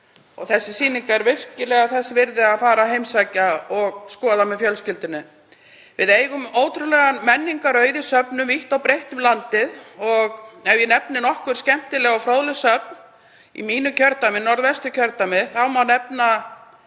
Þessi sýning er virkilega þess virði að heimsækja og skoða með fjölskyldunni. Við eigum ótrúlegan menningarauð í söfnum vítt og breitt um landið. Ef ég nefni nokkur skemmtileg og fróðleg söfn í mínu kjördæmi, Norðvesturkjördæmi, má nefna